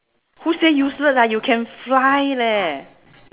who say useless ah you can fly leh